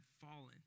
fallen